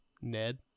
Ned